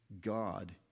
God